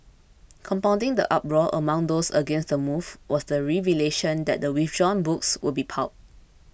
compounding the uproar among those against the move was the revelation that the withdrawn books would be pulped